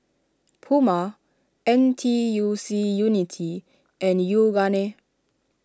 Puma N T U C Unity and Yoogane